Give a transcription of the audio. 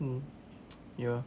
mm ya